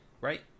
right